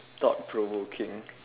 thought provoking